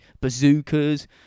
Bazookas